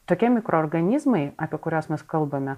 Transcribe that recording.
tokie mikroorganizmai apie kuriuos mes kalbame